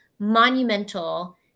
monumental